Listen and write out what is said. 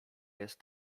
jest